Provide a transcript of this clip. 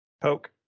Poke